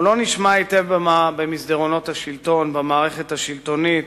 קולם אינו נשמע היטב במערכת השלטונית,